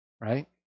right